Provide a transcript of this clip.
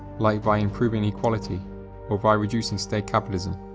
like via improving equality or by reducing state capitalism?